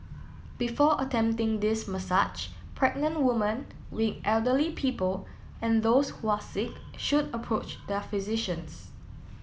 before attempting this massage pregnant woman weak elderly people and those who are sick should approach their physicians